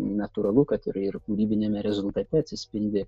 natūralu kad ir ir kūrybiniame rezultate atsispindi